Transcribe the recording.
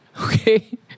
okay